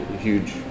huge